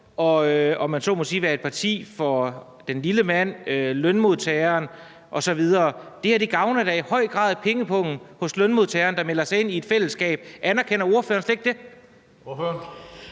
om jeg så må sige, at være et parti for den lille mand, lønmodtageren osv. Det her gavner da i høj grad pengepungen hos lønmodtageren, der melder sig ind i et fællesskab. Anerkender ordføreren slet ikke det?